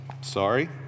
Sorry